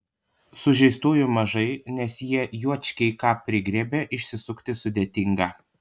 sužeistųjų mažai nes jei juočkiai ką prigriebia išsisukti sudėtinga